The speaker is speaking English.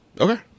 Okay